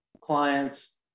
clients